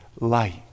light